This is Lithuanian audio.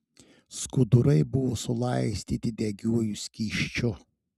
skudurai buvo sulaistyti degiuoju skysčiu